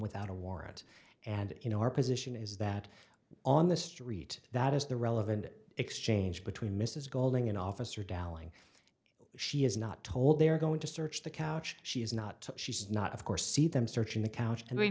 without a warrant and you know our position is that on the street that is the relevant exchange between mrs golding and officer dowling she is not told they are going to search the couch she is not she's not of course see them searching the couch